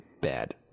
bad